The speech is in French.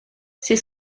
ces